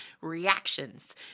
reactions